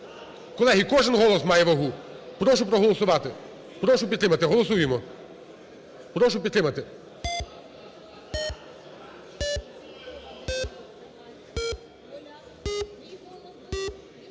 Колеги, кожен голос має вагу. Прошу проголосувати, прошу підтримати. Голосуємо. Прошу підтримати.